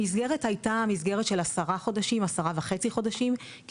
המסגרת הייתה מסגרת של עשרה וחצי חודשים,